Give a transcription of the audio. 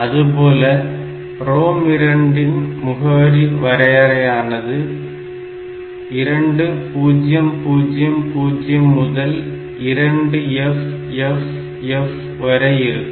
அதுபோல ROM2 ன் முகவரி வரையறையானது 2000 முதல் 2FFF வரை இருக்கும்